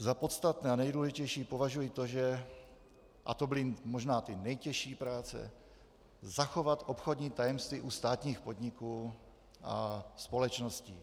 Za podstatné a nejdůležitější považuji to, a to byly možná ty nejtěžší práce, zachovat obchodní tajemství u státních podniků a společností.